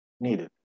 needed